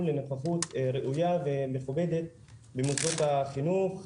לנוכחות ראויה ומכובדת במוסדות החינוך,